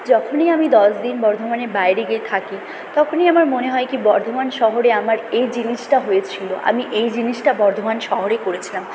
যখনই আমি দশ দিন বর্ধমানের বাইরে গিয়ে থাকি তখনই আমার মনে হয় কি বর্ধমান শহরে আমার এ জিনিসটা হয়েছিলো আমি এই জিনিসটা বর্ধমান শহরে করেছিলাম